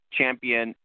Champion